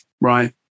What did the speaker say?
right